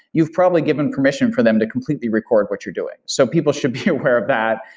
you've probably given permission for them to completely record what you're doing. so people should be aware of that.